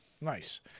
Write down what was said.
nice